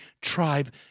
tribe